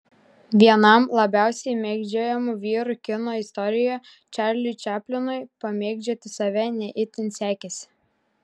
vienam labiausiai mėgdžiojamų vyrų kino istorijoje čarliui čaplinui pamėgdžioti save ne itin sekėsi